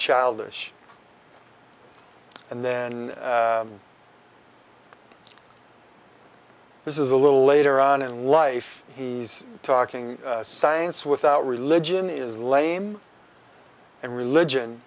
childish and then this is a little later on in life he's talking science without religion is lame and religion